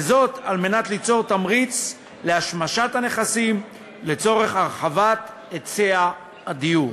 וזאת על מנת ליצור תמריץ להשמשת הנכסים לצורך הרחבת היצע הדיור.